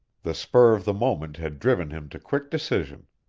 the spur of the moment had driven him to quick decision.